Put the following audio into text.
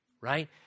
right